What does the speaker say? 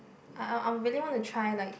I I really want to try like